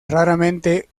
raramente